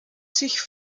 sich